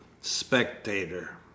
Spectator